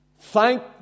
Thank